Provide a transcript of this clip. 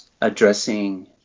addressing